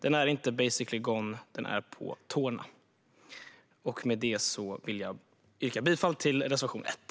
Den är inte basically gone - den är på tårna! Jag vill yrka bifall till reservation 1.